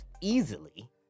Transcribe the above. easily